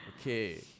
okay